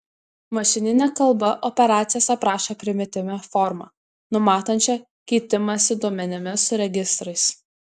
mašininė kalba operacijas aprašo primityvia forma numatančia keitimąsi duomenimis su registrais